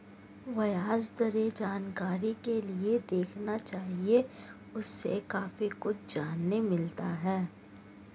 ब्याज दरें जानकारी के लिए देखना चाहिए, उससे काफी कुछ जानने मिलता है